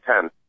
Ten